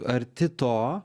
arti to